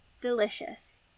delicious